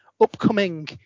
upcoming